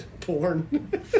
porn